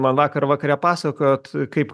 man vakar vakare pasakojot kaip